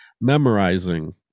memorizing